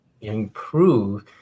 improve